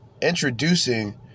introducing